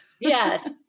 yes